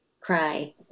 cry